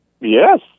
yes